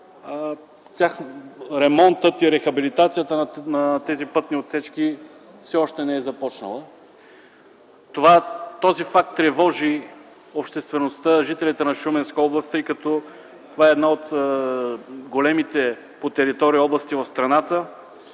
ремонтът и рехабилитацията на тези пътни отсечки все още не са започнали. Този факт тревожи обществеността и жителите на Шуменска област, тъй като това е една от големите по територия области в страната